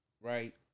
Right